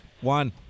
One